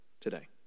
today